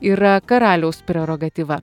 yra karaliaus prerogatyva